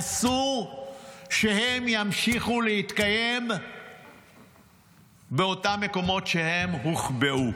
אסור שהם ימשיכו להתקיים באותם מקומות שבהם הוחבאו.